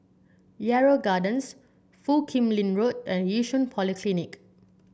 Yarrow Gardens Foo Kim Lin Road and Yishun Polyclinic